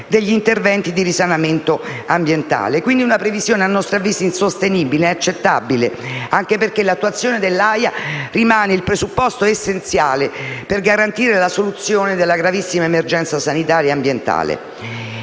degli interventi di risanamento ambientale. È quindi una previsione - a nostro avviso - insostenibile, inaccettabile, anche perché l'attuazione delle misure previste dall'AIA rimane il presupposto essenziale per garantire la soluzione della gravissima emergenza sanitaria e ambientale.